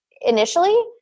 initially